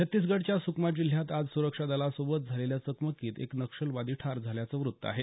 छत्तीसगडच्या सुकमा जिल्ह्यात आज सुरक्षा दलांसोबत झालेल्या चकमकीत एक नक्षलवादी ठार झाल्याचं वृत्त आहे